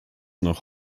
noch